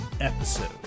episode